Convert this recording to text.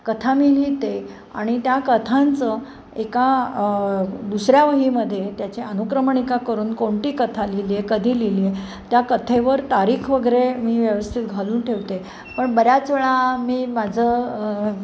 कथा मी लिहिते आणि त्या कथांचं एका दुसऱ्या वहीमध्ये त्याचे अनुक्रमणिका करून कोणती कथा लिहिली आहे कधी लिहिली आहे त्या कथेवर तारीख वगैरे मी व्यवस्थित घालून ठेवते पण बऱ्याच वेळा मी माझं